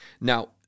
Now